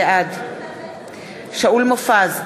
בעד שאול מופז,